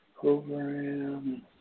Program